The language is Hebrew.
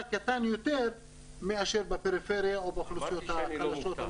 קטן יותר מאשר בפריפריה או באוכלוסיות החלשות,